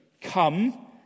come